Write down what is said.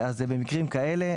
במקרים כאלה,